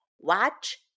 Watch